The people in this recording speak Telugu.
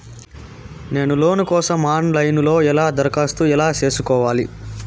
నేను లోను కోసం ఆన్ లైను లో ఎలా దరఖాస్తు ఎలా సేసుకోవాలి?